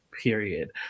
period